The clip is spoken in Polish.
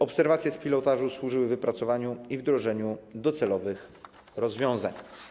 Obserwacje z pilotażu służyły wypracowaniu i wdrożeniu docelowych rozwiązań.